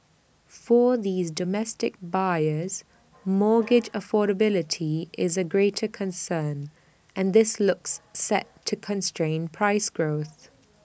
for these domestic buyers mortgage affordability is A greater concern and this looks set to constrain price growth